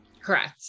Correct